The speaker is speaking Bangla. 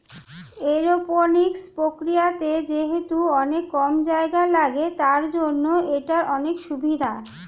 এরওপনিক্স প্রক্রিয়াতে যেহেতু অনেক কম জায়গা লাগে, তার জন্য এটার অনেক সুভিধা